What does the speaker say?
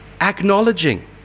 Acknowledging